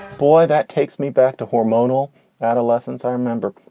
boy, that takes me back to hormonal adolescence, i remember